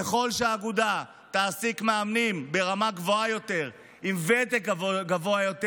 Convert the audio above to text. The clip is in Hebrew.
ככל שהאגודה תעסיק מאמנים ברמה גבוהה יותר עם ותק רב יותר,